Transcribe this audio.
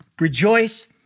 rejoice